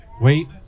wait